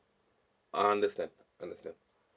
understand understand